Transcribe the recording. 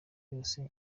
yose